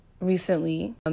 recently